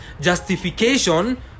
justification